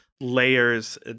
layers